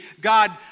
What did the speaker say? God